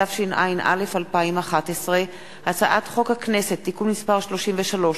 התשע"א 2011, הצעת חוק הכנסת (תיקון מס' 33)